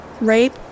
rape